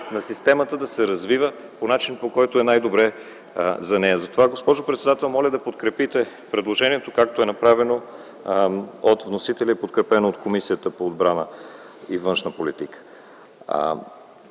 на системата да се развива по начин, който е най-добър за нея. Затова, госпожо председател, моля да подложите на гласуване предложението, както е направено от вносителя и е подкрепено от Комисията по външна политика